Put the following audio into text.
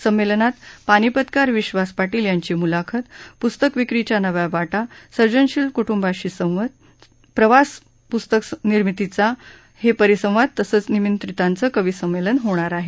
संमेलनात पानिपतकार विश्वास पाटील यांची म्लाखत प्स्तक विक्रीच्या नव्या वाटा सर्जनशील क्ट्ंबाशी संवाद प्रवास प्स्तक निर्मितीचा हे परिसंवाद तसंच निमंत्रितांचं कविसंमेलन होणार आहे